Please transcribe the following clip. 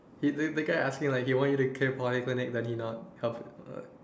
if the the guy ask me like he you want to